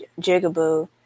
Jigaboo